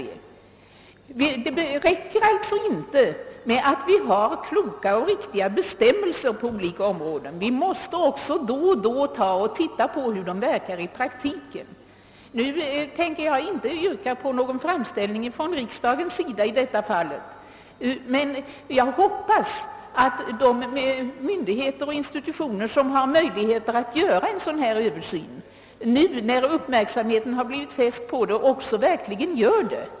Det räcker inte att vi har kloka och riktiga bestämmelser på olika områden. Vi måste också då och då undersöka hur de verkar i praktiken. Jag tänker inte yrka på någon framställning från riksdagen i detta fall, men jag hoppas att de myndigheter och institutioner som har möjligheter att göra en Översyn — nu när frågan väckts — också verkligen gör det.